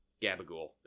Gabagool